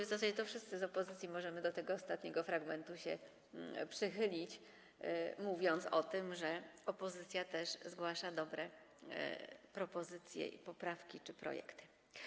W zasadzie to wszyscy z opozycji możemy do tego ostatniego fragmentu się przychylić, mówiąc o tym, że opozycja też zgłasza dobre propozycje i poprawki czy projekty.